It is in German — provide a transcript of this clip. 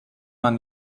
man